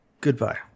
Goodbye